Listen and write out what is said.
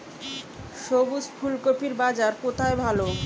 সবুজ ফুলকপির বাজার কোথায় ভালো?